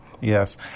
Yes